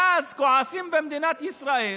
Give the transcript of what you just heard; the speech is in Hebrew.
ואז כועסים במדינת ישראל